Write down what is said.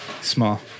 small